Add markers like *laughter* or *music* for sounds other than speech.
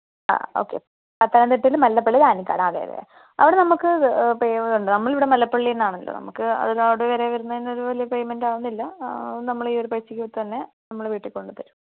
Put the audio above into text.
ആഹ് okay പത്തനംതിട്ടയിൽ മല്ലപ്പള്ളി ആനിക്കാട് ആഹ് അതെ അതെ അവിടെ നമുക്ക് *unintelligible* ഉണ്ട് നമ്മൾ ഇവിടെ മല്ലപ്പള്ളിയിൽനിന്ന് ആണല്ലോ നമ്മക്ക് അത് റോഡ് വരെ വരുന്നതിനൊരു വലിയ പേയ്മെന്റ് ആവുന്നില്ല നമ്മൾ ഈയൊരു പൈസക്ക് തന്നെ നമ്മൾ വീട്ടിൽ കൊണ്ട് തരും